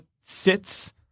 sits